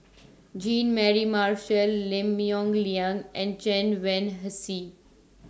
Jean Mary Marshall Lim Yong Liang and Chen Wen Hsi